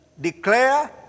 declare